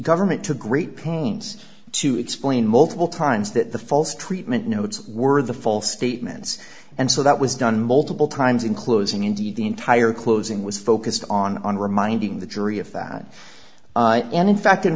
government to great pains to explain multiple times that the false treatment no it's worth the false statements and so that was done multiple times in closing indeed the entire closing was focused on on reminding the jury of that and in fact